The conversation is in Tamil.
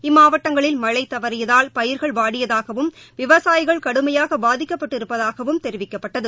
இம்மாவட்டங்களில் மழை தவறியதால் பயிர்கள் வாடியதாகவும் விவசாயிகள் கடுமையாக பாதிக்கப்பட்டிருப்பதாகவும் தெரிவிக்கப்பட்டது